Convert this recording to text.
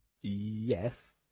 Yes